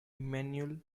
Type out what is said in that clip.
emanuel